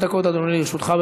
חמש דקות, אדוני, לרשותך.